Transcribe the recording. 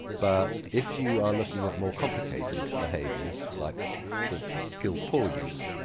but if you are looking at more complicated behaviours like for instance skill pull use,